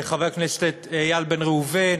חבר הכנסת איל בן ראובן,